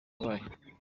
wabaye